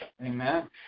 Amen